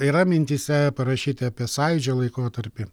yra mintyse parašyti apie sąjūdžio laikotarpį